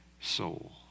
soul